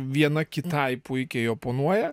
viena kitai puikiai oponuoja